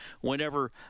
whenever